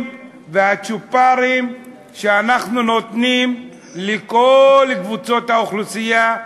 והצ'ופרים שאנחנו נותנים לכל קבוצות האוכלוסייה,